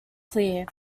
clear